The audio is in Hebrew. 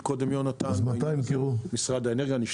יונתן ניסה להגיד קודם ועם משרד האנרגיה.